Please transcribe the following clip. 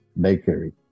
bakery